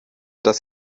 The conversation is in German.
das